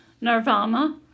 Nirvana